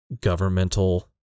governmental